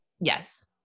Yes